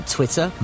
Twitter